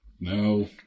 No